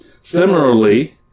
Similarly